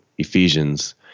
Ephesians